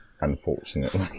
Unfortunately